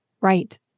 Right